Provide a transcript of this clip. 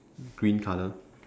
green colour